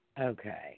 Okay